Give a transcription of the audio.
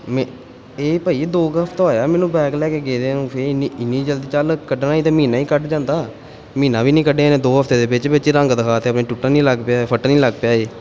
ਮੇ ਇਹ ਭਾਅ ਜੀ ਦੋ ਕੁ ਹਫ਼ਤਾ ਹੋਇਆ ਮੈਨੂੰ ਬੈਗ ਲੈ ਕੇ ਗਏ ਦਿਆ ਨੂੰ ਫਿਰ ਇੰਨੀ ਇੰਨੀ ਜਲਦੀ ਚੱਲ ਕੱਢਣਾ ਤਾਂ ਮਹੀਨਾ ਹੀ ਕੱਢ ਜਾਂਦਾ ਮਹੀਨਾ ਵੀ ਨਹੀਂ ਕੱਢਿਆ ਇਹ ਨੇ ਦੋ ਹਫ਼ਤੇ ਦੇ ਵਿੱਚ ਵਿੱਚ ਹੀ ਰੰਗ ਦਿਖਾ ਤੇ ਆਪਣੇ ਟੁੱਟਣ ਹੀ ਲੱਗ ਪਿਆ ਫਟਣ ਹੀ ਲੱਗ ਪਿਆ ਜੇ